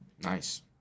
Nice